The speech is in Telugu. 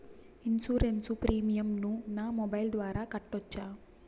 ఇన్సూరెన్సు ప్రీమియం ను నా మొబైల్ ద్వారా కట్టొచ్చా?